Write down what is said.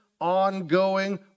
ongoing